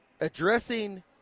Addressing